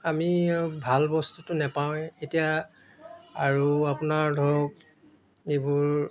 আমি ভাল বস্তুটো নাপাওঁৱেই এতিয়া আৰু আপোনাৰ ধৰক যিবোৰ